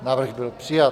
Návrh byl přijat.